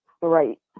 Right